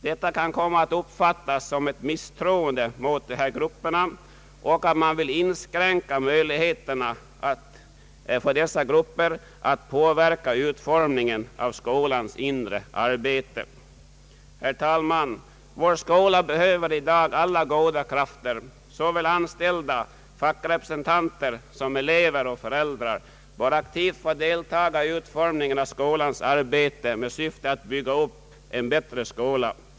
Detta kan komma att uppfattas som ett misstroende mot dessa grupper och att man vill inskränka deras möjligheter att påverka utformningen av skolans inre arbete. Herr talman! Vår skola behöver i dag alla goda krafter. Såväl anställda som fackrepresentanter, elever och föräldrar bör aktivt få delta i utformningen av skolans arbete med syfte att bygga upp en bättre skola.